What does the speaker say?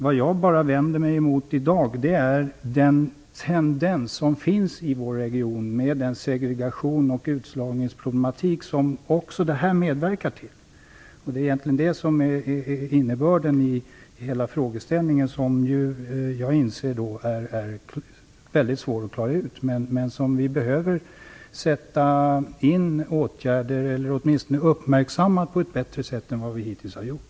Vad jag i dag vänder mig emot är den tendens som finns i vår region med den segregation och utslagningsproblematik som detta medverkar till. Det är egentligen detta som är innebörden i hela frågeställningen och som jag inser är väldigt svårt att klara ut. Men vi behöver sätta in åtgärder eller åtminstone uppmärksamma problemen på ett bättre sätt än vad vi hittills har gjort.